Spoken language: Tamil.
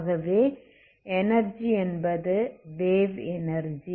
ஆகவே எனர்ஜி என்பது வேவ் எனர்ஜி